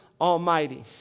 Almighty